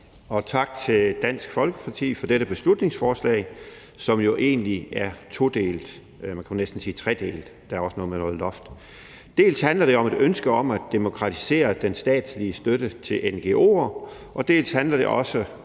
og tak til Dansk Folkeparti for dette beslutningsforslag, som jo egentlig er todelt, ja, man kunne næsten sige tredelt, for der er også noget om et loft. Dels handler det om et ønske om at demokratisere den statslige støtte til ngo'er, dels handler det om